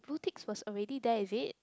blue ticks was already there is it